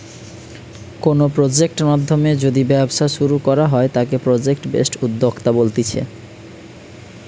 কোনো প্রজেক্ট নাধ্যমে যদি ব্যবসা শুরু করা হয় তাকে প্রজেক্ট বেসড উদ্যোক্তা বলতিছে